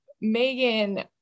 Megan